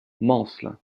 mansle